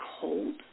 cold